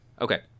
okay